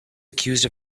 accused